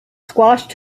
squashed